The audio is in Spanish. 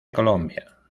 colombia